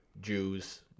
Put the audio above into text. Jews